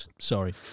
Sorry